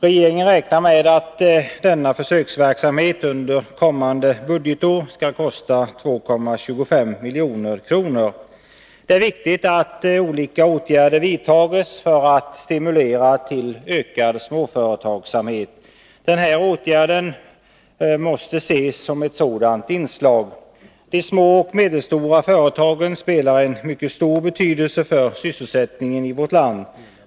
Regeringen räknar med att denna försöksverksamhet under kommande budgetår skall kosta 2,25 milj.kr. Det är viktigt att olika åtgärder vidtas för att stimulera till ökad småföretagsamhet. Den här åtgärden måste ses som ett sådant inslag. De små och medelstora företagen spelar en mycket stor roll för sysselsättningen i vårt land.